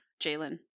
Jalen